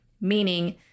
meaning